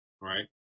right